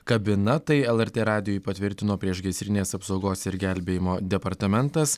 kabina tai lrt radijui patvirtino priešgaisrinės apsaugos ir gelbėjimo departamentas